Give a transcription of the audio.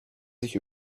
sich